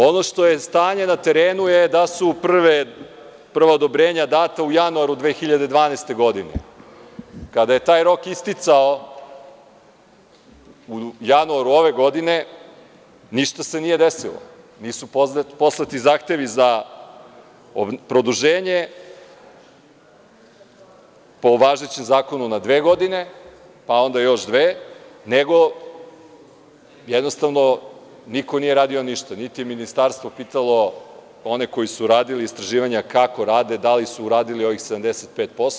Ono što je stanje na terenu jeste da su prva odobrenja data u januaru 2012. godine, kada je taj rok isticao u januaru ove godine, ništa se nije desilo, nisu poslati zahtevi za produženje po važećem zakonu na dve godine, a onda još dve, nego, niko nije radio ništa, niti je ministarstvo pitalo one koji su radili istraživanja kako rade i da li su uradili ovih 75%